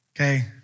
Okay